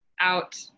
out